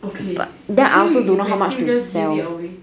okay but then I also don't know how much to sell